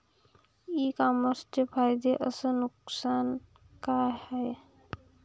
इ कामर्सचे फायदे अस नुकसान का हाये